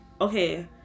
okay